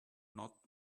not